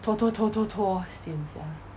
拖拖拖拖拖 sian sia